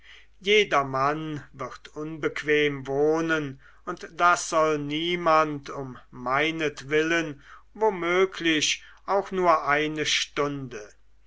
jedermann wird unbequem wohnen und das soll niemand um meinetwillen wo möglich auch nur eine stunde